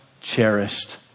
cherished